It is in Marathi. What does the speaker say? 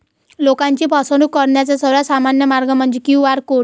लोकांची फसवणूक करण्याचा सर्वात सामान्य मार्ग म्हणजे क्यू.आर कोड